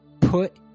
Put